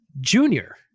junior